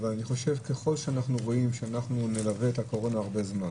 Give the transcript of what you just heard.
אבל אני חושב שככל שאנחנו רואים שאנחנו נלווה את הקורונה הרבה זמן,